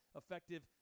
effective